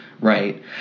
right